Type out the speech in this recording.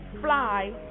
Fly